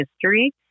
history